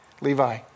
Levi